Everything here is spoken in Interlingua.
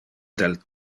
del